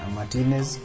Martinez